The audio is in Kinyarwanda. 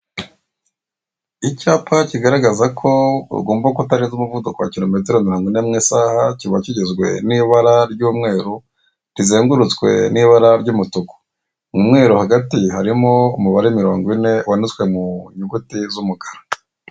Icyapa kigaragazako utangomba kurenza umuvuduko wa mirongo ine ku isaha, kiba kigizwe n'ibara ry'umu